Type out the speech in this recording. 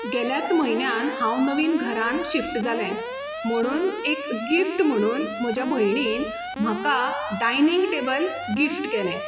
गेल्याच म्हयन्यांत हांव नवीन घरांत शिफ्ट जालें म्हणून एक गिफ्ट म्हणून म्हज्या भयणीन म्हाका डायनींग टेबल गिफ्ट केलें